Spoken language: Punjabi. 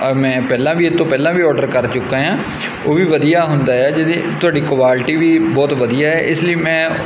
ਔਰ ਮੈਂ ਪਹਿਲਾਂ ਵੀ ਇਹ ਤੋਂ ਪਹਿਲਾਂ ਵੀ ਔਡਰ ਕਰ ਚੁੱਕਾ ਹਾਂ ਉਹ ਵੀ ਵਧੀਆ ਹੁੰਦਾ ਆ ਜਿਹਦੀ ਤੁਹਾਡੀ ਕੁਆਲਿਟੀ ਵੀ ਬਹੁਤ ਵਧੀਆ ਆ ਇਸ ਲਈ ਮੈਂ